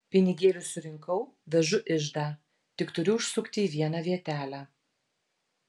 pinigėlius surinkau vežu iždą tik turiu užsukti į vieną vietelę